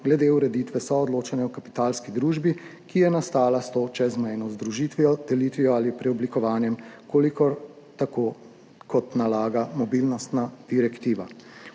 glede ureditve soodločanja v kapitalski družbi, ki je nastala s to čezmejno združitvijo, delitvijo ali preoblikovanjem, tako kot nalaga mobilnostna direktiva.